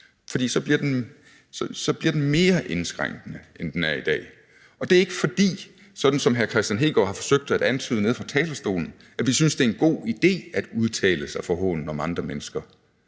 for så bliver den mere indskrænkende, end den er i dag. Det er ikke, fordi – sådan som hr. Kristian Hegaard har forsøgt at antyde fra talerstolen – vi synes, det er en god idé at udtale sig forhånende om andre mennesker.